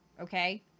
okay